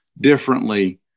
differently